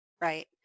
right